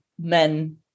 men